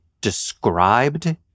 described